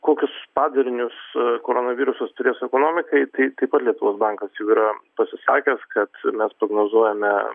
kokius padarinius koronavirusas turės ekonomikai tai taip pat lietuvos bankas yra pasisakęs kad mes prognozuojame